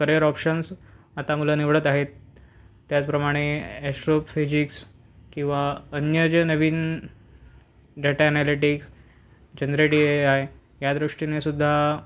career options आता मुलं निवडत आहेत त्याचप्रमाणे ॲस्ट्रो फिजिक्स किंवा अन्य जे नवीन data analytics generative A I या दृष्टीनेसुद्धा